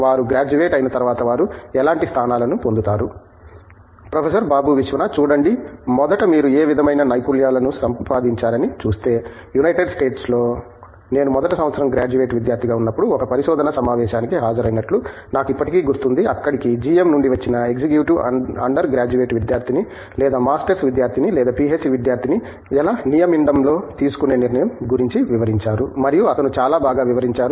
వారు గ్రాడ్యుయేట్ అయిన తర్వాత వారు ఎలాంటి స్థానాలను పొందుతారు ప్రొఫెసర్ బాబు విశ్వనాథ్ చూడండి మొదట మీరు ఏ విధమైన నైపుణ్యాలను సంపాదించారని చూస్తే యునైటెడ్ స్టేట్లో నేను మొదటి సంవత్సరం గ్రాడ్యుయేట్ విద్యార్థిగా ఉన్నప్పుడు ఒక పరిశోధన సమావేశానికి హాజరైనట్లు నాకు ఇప్పటికీ గుర్తుంది అక్కడకి GM నుండి వచ్చిన ఎగ్జిక్యూటివ్ అండర్ గ్రాడ్యుయేట్ విద్యార్థిని లేదా మాస్టర్ విద్యార్థిని లేదా పిహెచ్డి విద్యార్థిని ఎలా నియమిండంలో తీసుకునే నిర్ణయం గురించి వివరించారు మరియు అతను చాలా బాగా వివరించారు